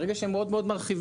ברגע שהם מאוד מאוד מרחיבים,